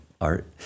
art